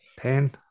10